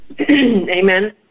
Amen